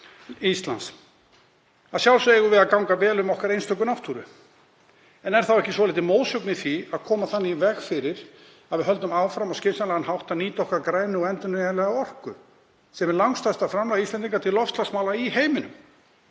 Íslands. Að sjálfsögðu eigum við að ganga vel um okkar einstöku náttúru. En er þá ekki svolítið mótsögn í því að koma þannig í veg fyrir að við höldum áfram á skynsamlegan hátt að nýta okkar grænu og endurnýjanlega orku sem er langstærsta framlag Íslendinga til loftslagsmála í heiminum?